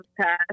past